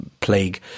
plague